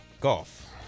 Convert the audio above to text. golf